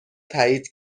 تأیید